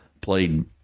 Played